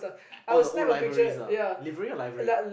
oh the old libraries ah library or library